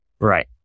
Right